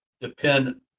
depend